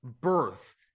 birth